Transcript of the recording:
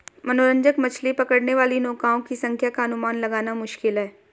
मनोरंजक मछली पकड़ने वाली नौकाओं की संख्या का अनुमान लगाना मुश्किल है